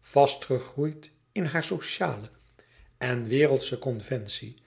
vastgegroeid in hare sociale en wereldsche conventie